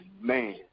man